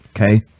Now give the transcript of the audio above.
okay